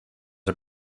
are